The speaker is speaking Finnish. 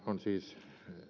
on siis